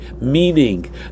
meaning